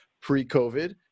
pre-COVID